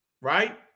right